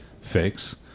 fix